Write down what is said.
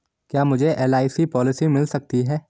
क्या मुझे LIC policy मिल सकती है?